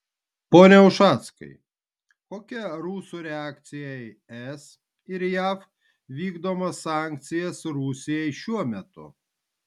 pone ušackai kokia rusų reakcija į es ir jav vykdomas sankcijas rusijai šiuo metu